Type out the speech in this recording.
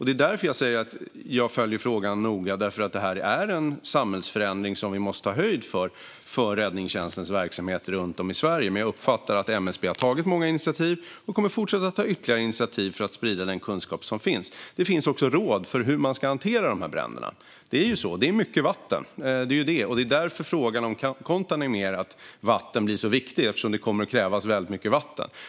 Det är därför som jag säger att jag följer frågan noga eftersom detta är en samhällsförändring som vi måste ta höjd för när det gäller räddningstjänstens verksamhet runt om i Sverige. Men jag uppfattar att MSB har tagit många initiativ och kommer att fortsätta att ta ytterligare initiativ för att sprida den kunskap som finns. Det finns också råd för hur man ska hantera dessa bränder. Det handlar om mycket vatten, och det är därför som frågan om kontaminerat vatten blir så viktig eftersom det kommer att krävas väldigt mycket vatten.